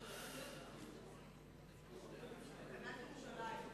תקנת ירושלים.